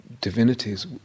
divinities